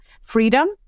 freedom